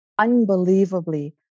unbelievably